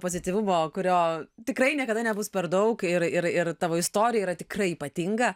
pozityvumo kurio tikrai niekada nebus per daug ir ir ir tavo istorija yra tikrai ypatinga